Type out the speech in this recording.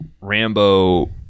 Rambo